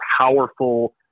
powerful